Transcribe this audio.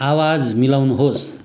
आवाज मिलाउनुहोस्